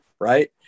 Right